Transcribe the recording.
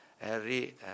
Harry